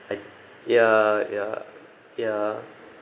I ya ya ya